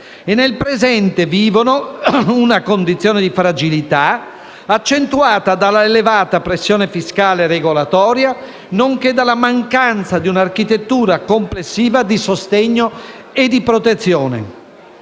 e nel presente vivono una condizione di fragilità, accentuata dalla elevata pressione fiscale e regolatoria, nonché dalla mancanza di un'architettura complessiva di sostegno e di protezione.